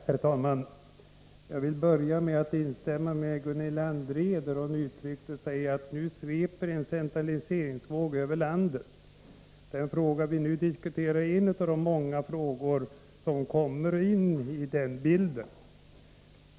Herr talman! Jag vill börja med att instämma i vad Gunilla André sade, nämligen att nu sveper en centraliseringsvåg över landet. Den fråga som vi nu diskuterar är en av de många som kommer in i bilden i det avseendet.